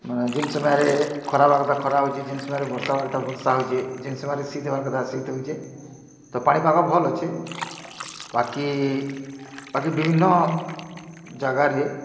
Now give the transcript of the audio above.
ମାନେ ଯେନ୍ ସମୟରେ ଖରାହବାର୍ କଥା ଖରା ହଉଚି ଯେନ୍ ସମୟରେ ବର୍ଷା ହବାର୍ କଥା ବର୍ଷା ହଉଛେ ତ ପାଣି ପାଗ ଯେନ୍ ସମୟରେ ଶୀତ୍ ହବାର୍ କଥା ଶୀତ ହଉଚେ ଭଲ୍ ଅଛେ